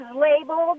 labeled